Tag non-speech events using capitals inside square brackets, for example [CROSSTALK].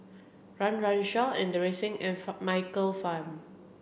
Run Run Shaw Inderjit Singh and [UNINTELLIGIBLE] Michael Fam